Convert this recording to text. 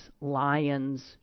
lions